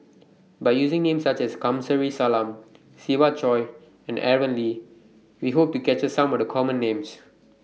By using Names such as Kamsari Salam Siva Choy and Aaron Lee We Hope to capture Some of The Common Names